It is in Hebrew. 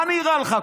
מה נראה לך?